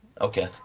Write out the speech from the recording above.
Okay